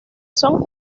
son